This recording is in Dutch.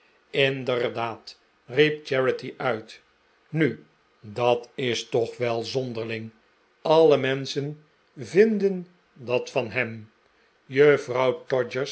inderdaad riep charity uit nu dat is toch wel zonderling alle menschen vinmaarten chuzzl e w it den dat van hem juffrouw